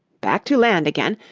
back to land again,